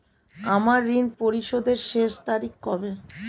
আমার ঋণ পরিশোধের শেষ তারিখ কবে?